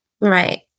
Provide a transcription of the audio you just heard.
Right